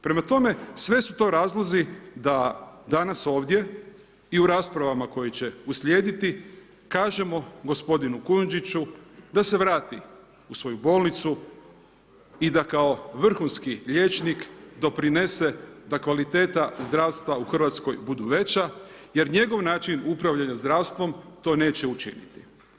Prema tome, sve su to razlozi da danas ovdje i u raspravama koje će uslijediti kažemo gospodinu Kujundžiću da se vrati u svoju bolnicu i da kao vrhunski liječnik doprinese da kvaliteta zdravstva u Hrvatskoj budu veća jer njegov način upravljanja zdravstvom to neće učiniti.